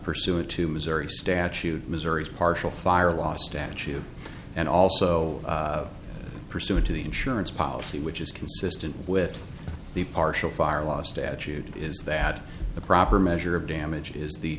pursuant to missouri statute missouri is partial fire last attitude and also pursuant to the insurance policy which is consistent with the partial fire last attitude is that the proper measure of damage is the